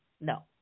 no